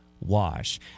wash